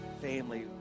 family